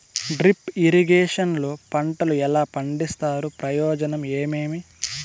Drip irrigation లో పంటలు ఎలా పండిస్తారు ప్రయోజనం ఏమేమి?